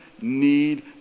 need